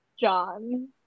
john